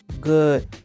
good